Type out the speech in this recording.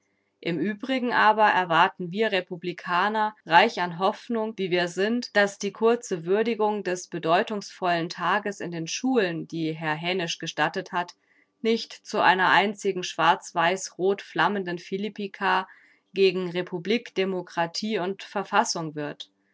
im übrigen aber erwarten wir republikaner reich an hoffnung wie wir sind daß die kurze würdigung des bedeutungsvollen tages in den schulen die herr haenisch gestattet hat nicht zu einer einzigen schwarzweißrot flammenden philippika gegen republik demokratie und verfassung wird